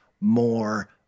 more